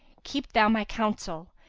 keep thou my counsel,